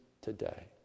today